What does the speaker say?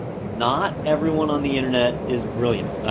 not everyone on the internet is brilliant.